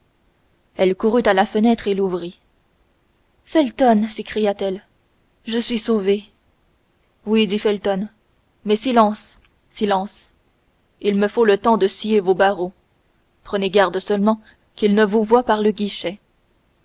elle courut à la fenêtre et l'ouvrit felton s'écria-t-elle je suis sauvée oui dit felton mais silence silence il me faut le temps de scier vos barreaux prenez garde seulement qu'ils ne vous voient par le guichet